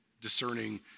discerning